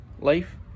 Life